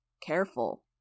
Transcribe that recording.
Careful